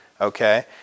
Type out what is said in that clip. Okay